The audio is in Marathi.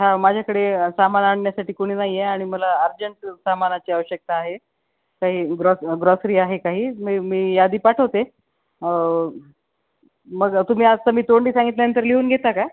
हा माझ्याकडे सामान आणण्यासाठी कुणी नाही आहे आणि मला अर्जंट सामानाची आवश्यकता आहे काही ग्रॉस ग्रॉसरी आहे काही मी मी यादी पाठवते मग तुम्ही आज तर मी तोंडी सांगितल्यानंतर लिहून घेता का